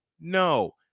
no